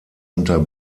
unter